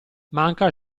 manca